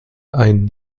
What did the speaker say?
ein